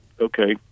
okay